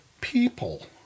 people